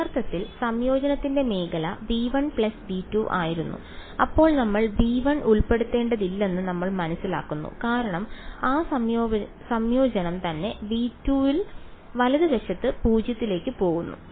യഥാർത്ഥത്തിൽ സംയോജനത്തിന്റെ മേഖല V1 V2 ആയിരുന്നു അപ്പോൾ നമ്മൾ V1 ഉൾപ്പെടുത്തേണ്ടതില്ലെന്ന് നമ്മൾ മനസ്സിലാക്കുന്നു കാരണം ആ സംയോജനം തന്നെ V2 വലത് വശത്ത് 0 ലേക്ക് പോകുന്നു